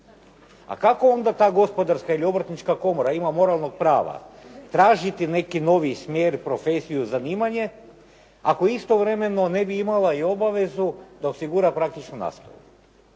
A kako onda ta gospodarska ili obrtnička komora ima moralnog prava tražiti neki novi smjer, profesiju, zanimanje, ako istovremeno ne bi imala i obavezu da osigura praktičnu nastavu.